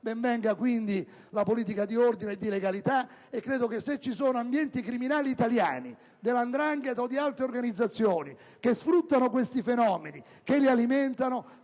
Ben venga, quindi, la politica di ordine e di legalità, e credo che, se ci sono ambienti criminali italiani, della 'ndrangheta o di altre organizzazioni, che sfruttano questi fenomeni e li alimentano,